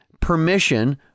permission